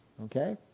okay